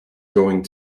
going